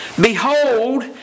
behold